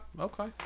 okay